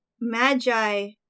Magi